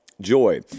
joy